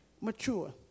mature